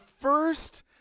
first